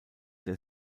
der